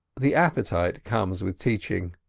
the appetite comes with teaching.